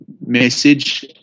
message